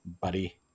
buddy